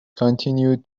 continued